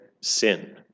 sin